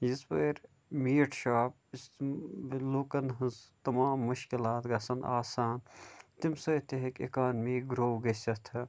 یِژۍ بٲرۍ meat shop یُس لوٗکَن ہنٛز تَمام مُشکِلات گَژھَن آسان تمہِ سۭتۍ تہِ ہیٚکہِ اِکانمی گرٛو گٔژھِتھ